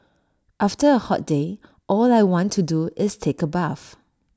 after A hot day all I want to do is take A bath